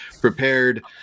prepared